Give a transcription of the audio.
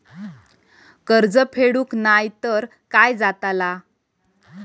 कर्ज फेडूक नाय तर काय जाताला?